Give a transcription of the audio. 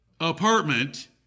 apartment